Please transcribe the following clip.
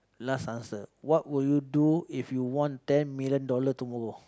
last answer what would you do if you won ten million dollar tomorrow